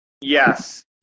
Yes